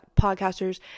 podcasters